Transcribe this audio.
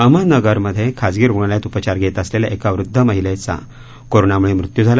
अहमदनगरात खाजगी रुग्णालयात उपचार घेत असलेल्या एका वृद्ध महिलेचा कोरनामुळे मृत्यू झाला